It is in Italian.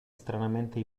stranamente